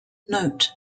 note